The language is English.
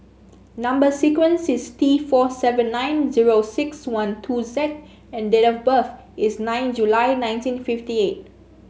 number sequence is T four seven nine zero six one two Z and date of birth is nine July nineteen fifty eight